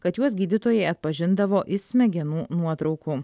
kad juos gydytojai atpažindavo iš smegenų nuotraukų